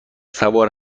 سوار